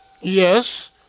Yes